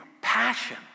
passion